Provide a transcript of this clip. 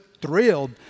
thrilled